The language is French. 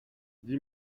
dis